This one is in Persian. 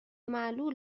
معلول